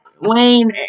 Wayne